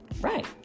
Right